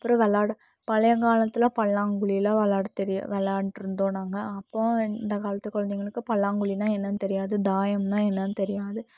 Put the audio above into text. அப்புறம் விளாட பழைய காலத்தில் பல்லாங்குழிலாம் விளாட தெரியும் விளாண்டுட்டு இருந்தோம் நாங்கள் அப்புறோம் இந்த காலத்து குழந்தைங்களுக்கு பல்லாங்குழினால் என்னன்னு தெரியாது தாயம்னால் என்னன்னு தெரியாது